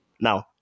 now